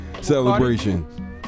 celebration